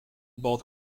both